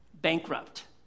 bankrupt